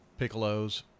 Piccolos